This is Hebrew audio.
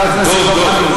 חבר הכנסת דב חנין,